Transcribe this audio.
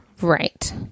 Right